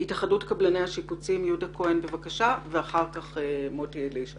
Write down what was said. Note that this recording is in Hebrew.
יהודה כהן מהתאחדות קבלני השיפוצים ואחר כך מוטי אלישע.